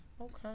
okay